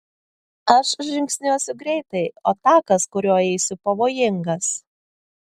aš žingsniuosiu greitai o takas kuriuo eisiu pavojingas